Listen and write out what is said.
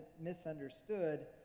misunderstood